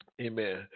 amen